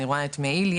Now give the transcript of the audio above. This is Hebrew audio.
אני רואה את מעיליה,